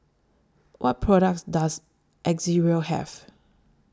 What products Does Ezerra Have